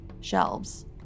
shelves